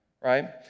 right